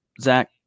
Zach